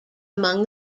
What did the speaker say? among